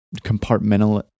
compartmental